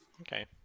Okay